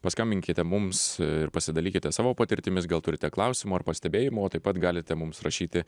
paskambinkite mums ir pasidalykite savo patirtimis gal turite klausimų ar pastebėjimų o taip pat galite mums rašyti